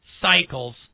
cycles